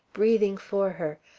breathing for her,